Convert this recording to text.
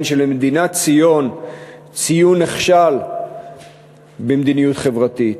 שלמדינת ציוֹן ציוּן נכשל במדיניות חברתית.